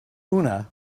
oona